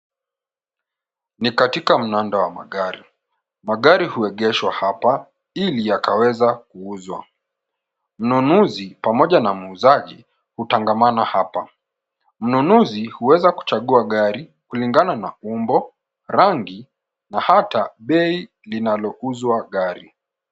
Ni katika mnanda wa magari. Magari huegeshwa hapa ili yakaweza kuuzwa. Mnunuzi pamoja na muuzaji hutangamana hapa. Mnunuzi huweza kuchagua gari kulingana na umbo, rangi na hata bei linalouzwa gari.